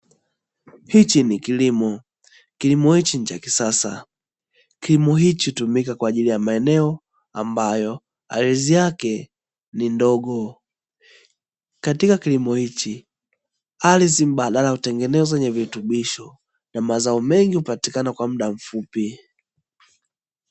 Hicho ni kilimo kilimo hichi ni cha kisasa, kilimo hichi hutumika kwa ajili ya maeneo ambayo ardhi yake ni ndogo. Katika kilimo hichi ardhi mbadala hutengeneza virutubisho, na mazao mengi hupatikana kwa mda mfupi.